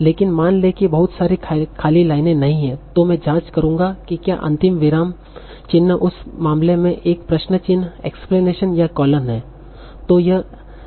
लेकिन मान लें कि बहुत सारी खाली लाइनें नहीं हैं तो मैं जांच करूंगा कि क्या अंतिम विराम चिह्न उस मामले में एक प्रश्न चिह्न एक्सक्लैमशन या कोलन है